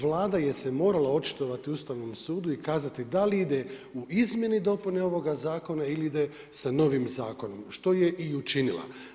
Vlada je se morala očitovati Ustavnom sudu i kazati da li ide u izmjene i dopune ovoga zakona ili ide sa novim zakonom, što je i učinila.